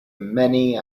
many